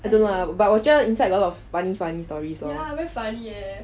I don't know but 我觉得 inside got lot of funny funny stories